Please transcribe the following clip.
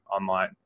online